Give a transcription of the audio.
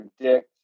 predict